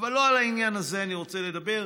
אבל לא על העניין הזה אני רוצה לדבר,